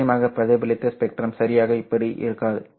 நிச்சயமாக பிரதிபலித்த ஸ்பெக்ட்ரம் சரியாக இப்படி இருக்காது